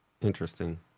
interesting